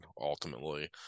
ultimately